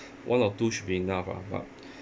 one or two should be enough lah but